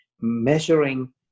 Measuring